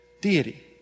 deity